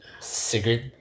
cigarette